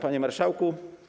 Panie Marszałku!